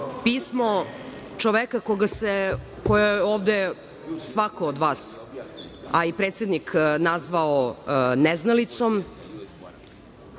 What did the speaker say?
pismo čoveka koga je ovde svako od vas, a i predsednik, nazvao neznalicom